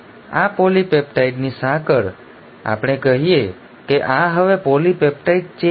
આ પોલીપેપ્ટાઈડ સાંકળ તો ચાલો આપણે કહીએ કે આ હવે પોલિપેપ્ટાઇડ ચેઇન છે